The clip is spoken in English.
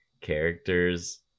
characters